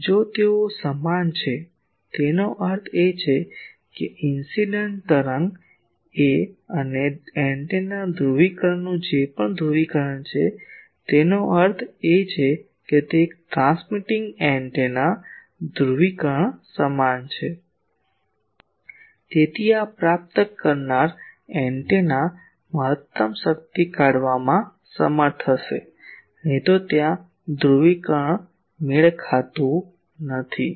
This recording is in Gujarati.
જો તેઓ સમાન છે તેનો અર્થ એ કે ઇન્સીડેંટ તરંગ અને એન્ટેના ધ્રુવીકરણનું જે પણ ધ્રુવીકરણ છે તેનો અર્થ એ કે તે એક ટ્રાન્સમિટિંગ એન્ટેના ધ્રુવીકરણ સમાન છે તેથી આ પ્રાપ્ત કરનાર એન્ટેના મહત્તમ શક્તિ કાઢવામાં સમર્થ હશે નહીં તો ત્યાં ધ્રુવીકરણ મેળ ખાતું નથી